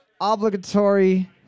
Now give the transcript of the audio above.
Obligatory